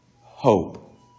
hope